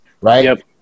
Right